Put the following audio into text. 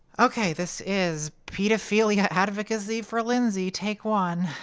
okay, this is pedophilia advocacy for lindsay take one.